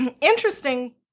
interesting